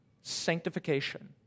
sanctification